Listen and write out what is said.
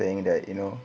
saying that you know